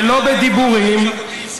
ולא בדיבורים,